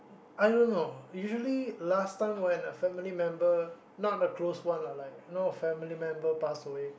I don't know usually last time when a family member not a close one lah like you know family member pass away